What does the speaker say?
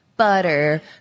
Butter